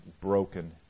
broken